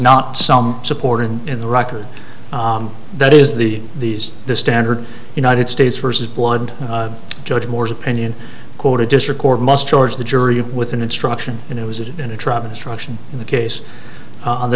not some supported in the record that is the these the standard united states versus board judge moore's opinion quote a district court must charge the jury with an instruction and it was it in a tribal destruction in the case on the